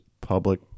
public